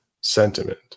sentiment